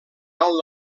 alt